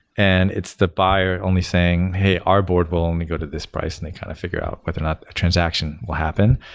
and it's the buyer only saying, hey, our board will only go to this price, and they kind of figure out whether or not that transaction will happen.